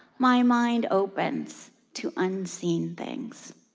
my mind opens to unseen things.